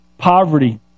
poverty